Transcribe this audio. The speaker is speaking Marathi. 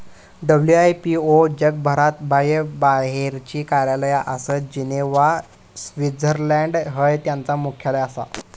डब्ल्यू.आई.पी.ओ जगभरात बाह्यबाहेरची कार्यालया आसत, जिनेव्हा, स्वित्झर्लंड हय त्यांचा मुख्यालय आसा